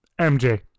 MJ